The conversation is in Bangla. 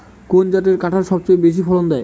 কোন জাতের কাঁঠাল সবচেয়ে বেশি ফলন দেয়?